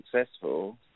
successful